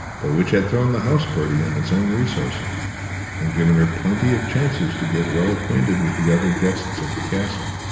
but which had thrown the house party on its own resources and given her plenty of chances to get well acquainted with the other guests at the castle.